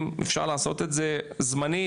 אם אפשר לעשות את זה זמנית,